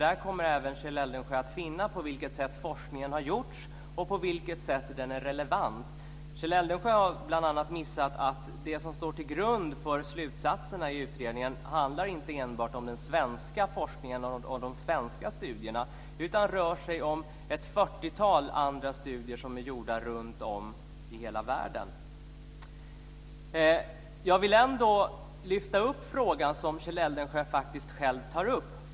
Där kommer även Kjell Eldensjö nämligen att finna på vilket sätt forskningen har gjorts och på vilket sätt den är relevant. Kjell Eldensjö har bl.a. missat att det som ligger till grund för slutsatserna i utredningen inte enbart handlar om den svenska forskningen och de svenska studierna. Det rör sig om ett fyrtiotal andra studier som är gjorda runtom i hela världen. Jag vill ändå lyfta fram den fråga om forskningen som Kjell Eldensjö själv tar upp.